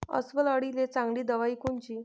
अस्वल अळीले चांगली दवाई कोनची?